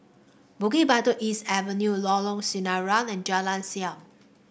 Bukit Batok East Avenue Lorong Sinaran and Jalan Siap